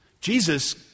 Jesus